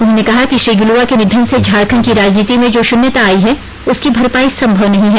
उन्होंने कहा कि श्री गिलुवा के निधन से झारखंड की राजनीति से जो शून्यता आयी है उसकी भरपायी संभव नहीं है